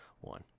one